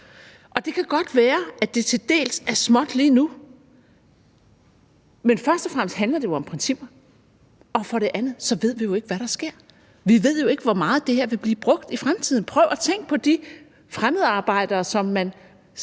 Det kan godt være, det til dels er småt lige nu, men for det første handler det jo om principper, og for det andet ved vi jo ikke, hvad der sker. Vi ved jo ikke, hvor meget det her vil blive brugt i fremtiden. Prøv at tænke på de fremmedarbejdere, som man